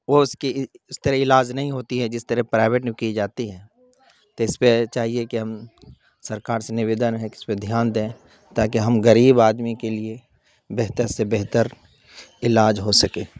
وہ اس کی اس طرح علاج نہیں ہوتی ہے جس طرح پرائیویٹ میں کی جاتی ہے تو اس پہ چاہیے کہ ہم سرکار سے نویدن ہے کہ اس پہ دھیان دیں تاکہ ہم غریب آدمی کے لیے بہتر سے بہتر علاج ہو سکے